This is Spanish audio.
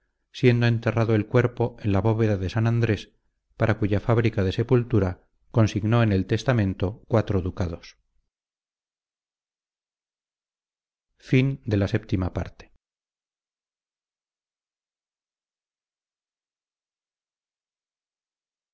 siendo enterrado el cuerpo en la bóveda de san andrés para cuya fábrica de sepultura consignó en el testamento cuatro ducados